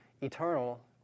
eternal